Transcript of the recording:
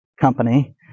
company